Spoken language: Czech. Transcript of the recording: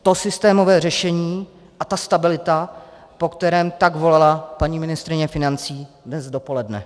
To systémové řešení a ta stabilita, po kterém tak volala paní ministryně financí dnes dopoledne.